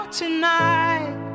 tonight